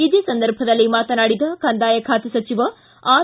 ಇದೇ ಸಂದರ್ಭದಲ್ಲಿ ಮಾತನಾಡಿದ ಕಂದಾಯ ಖಾತೆ ಸಚಿವ ಆರ್